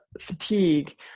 fatigue